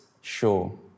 show